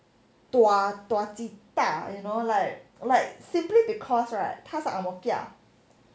dua dua ji da you know like like simply because right 她是 angmoh kia